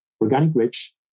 organic-rich